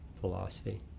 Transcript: philosophy